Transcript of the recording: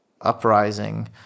uprising